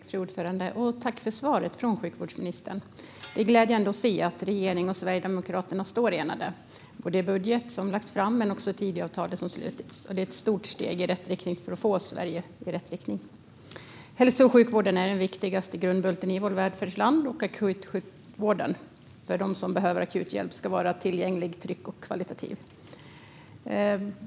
Fru talman! Jag tackar för svaret från sjukvårdsministern. Det är glädjande att se att regeringen och Sverigedemokraterna står enade både gällande den budget som har lagts fram och gällande Tidöavtalet. Det är ett stort steg i rätt riktning för Sverige. Hälso och sjukvården är den viktigaste grundbulten i vårt välfärdsland. Akutsjukvården ska vara tillgänglig, trygg och hålla hög kvalitet för dem som behöver akut hjälp.